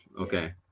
Okay